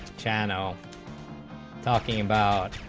channel talking about